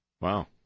Wow